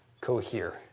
cohere